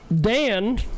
Dan